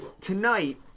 tonight